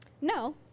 No